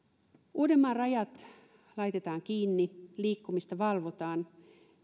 uudenmaan rajat laitetaan kiinni liikkumista valvotaan